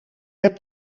hebt